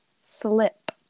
slip